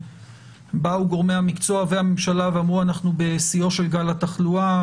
ובאו גורמי המקצוע והממשלה ואמרו: אנחנו בשיאו של גל התחלואה,